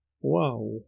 wow